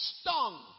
stung